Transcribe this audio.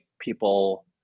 people